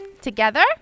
together